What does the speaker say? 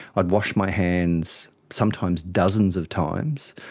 i'd wash my hands sometimes dozens of times,